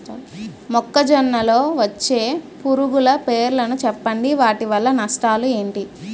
మొక్కజొన్న లో వచ్చే పురుగుల పేర్లను చెప్పండి? వాటి వల్ల నష్టాలు ఎంటి?